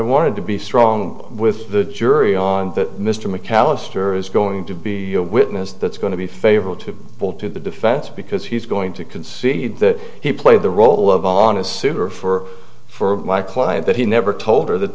wanted to be strong with the jury on that mr mcallister is going to be a witness that's going to be favorable to pull to the defense because he's going to concede that he played the role of on his super for for my client that he never told her that